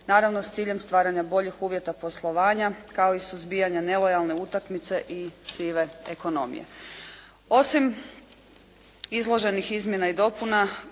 naravno s ciljem stvaranja boljih uvjeta poslovanja kao i suzbijanja nelojalne utakmice i sive ekonomije. Osim izloženih izmjena i dopuna